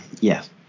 Yes